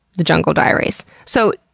the jungle diaries. so,